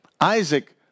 Isaac